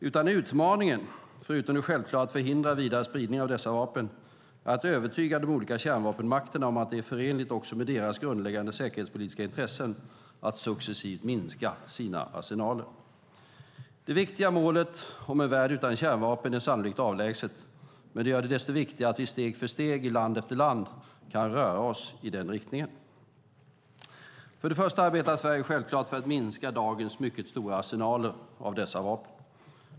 Utan utmaningen är - förutom det självklara att förhindra vidare spridning av dessa vapen - att övertyga de olika kärnvapenmakterna om att det är förenligt också med deras grundläggande säkerhetspolitiska intressen att successivt minska sina arsenaler. Det viktiga målet om en värld utan kärnvapen är sannolikt avlägset, men det gör det desto viktigare att vi steg för steg, i land efter land, kan röra oss i den riktningen. För det första arbetar Sverige självklart för att minska dagens mycket stora arsenaler av dessa vapen.